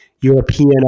European